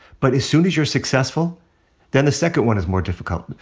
but as soon as you're successful then the second one is more difficult.